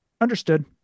Understood